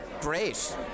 great